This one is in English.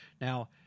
Now